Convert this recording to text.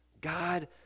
God